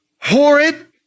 horrid